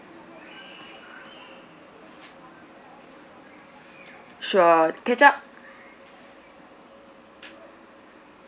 sure ketchup